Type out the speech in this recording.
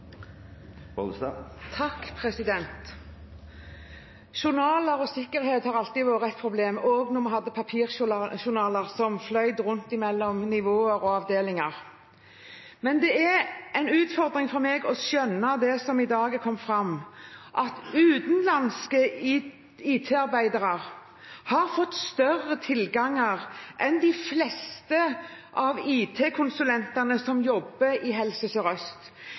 Journaler og sikkerhet har alltid vært et problem, også da vi hadde papirjournaler som fløt rundt mellom nivåer og avdelinger. Men det er en utfordring for meg å skjønne det som i dag har kommet fram, at utenlandske IT-arbeidere har fått større tilgang enn de fleste av IT-konsulentene som jobber i Helse